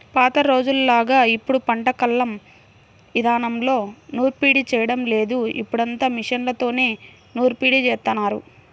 పాత రోజుల్లోలాగా ఇప్పుడు పంట కల్లం ఇదానంలో నూర్పిడి చేయడం లేదు, ఇప్పుడంతా మిషన్లతోనే నూర్పిడి జేత్తన్నారు